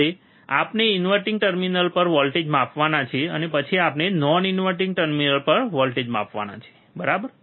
હવે આપણે inverting terminal પર વોલ્ટેજ માપવાના છે અને પછી આપણે નોન ઇન્વર્ટીંગ ટર્મિનલ પર વોલ્ટેજ માપવાના છે બરાબર